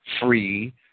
free